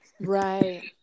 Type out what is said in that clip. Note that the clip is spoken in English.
right